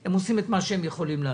הם עושים את מה שהם יכולים לעשות.